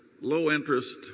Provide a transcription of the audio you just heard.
low-interest